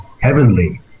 heavenly